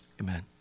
Amen